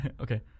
Okay